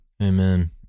amen